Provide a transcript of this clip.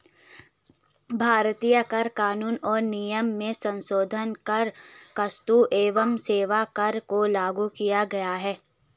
भारतीय कर कानून और नियम में संसोधन कर क्स्तु एवं सेवा कर को लागू किया गया है